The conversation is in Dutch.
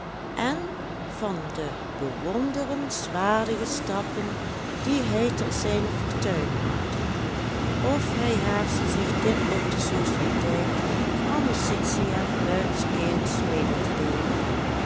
en van de bewonderenswaardige stappen die hij tot zijne fortuin maakte of hij haastte zich dit op de sociëteit amicitia luidkeels mede te deelen